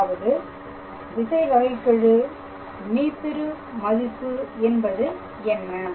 அதாவது திசைவகைகெழு மீப்பெரு மதிப்பு என்பது என்ன